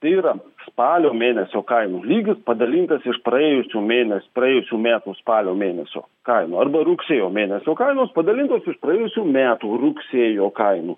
tai yra spalio mėnesio kainų lygis padalintas iš praėjusių mėnų praėjusių metų spalio mėnesio kainų arba rugsėjo mėnesio kainos padalintos iš praėjusių metų rugsėjo kainų